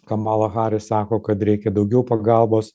kamala haris sako kad reikia daugiau pagalbos